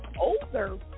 older